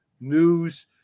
news